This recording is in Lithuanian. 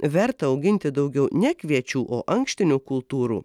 verta auginti daugiau ne kviečių o ankštinių kultūrų